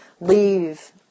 leave